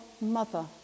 mother